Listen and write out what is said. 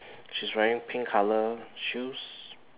she's wearing pink colour shoes